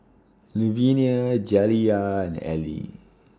Louvenia Jaliyah and Elie